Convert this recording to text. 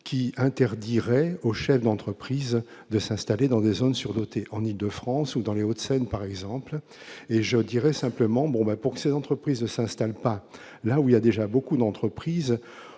qui interdirait aux chefs d'entreprises de s'installer dans les zones surdotées en Île-de-France ou dans Les Hauts de Seine, par exemple, et je dirais simplement bon, va pour que ces entreprises ne s'installe pas là où il y a déjà beaucoup d'entreprises